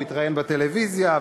התראיין בטלוויזיה,